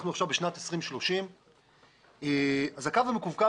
אנחנו עכשיו בשת 2030. הקו המקווקו